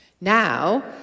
Now